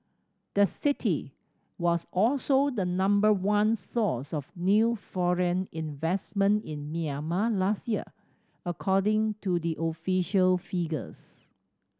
the city was also the number one source of new foreign investment in Myanmar last year according to the official figures